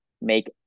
make